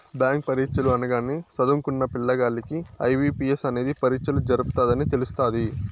bank పరీచ్చలు అనగానే సదుంకున్న పిల్లగాల్లకి ఐ.బి.పి.ఎస్ అనేది పరీచ్చలు జరపతదని తెలస్తాది